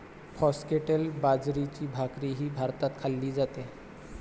foxtail बाजरीची भाकरीही भारतात खाल्ली जाते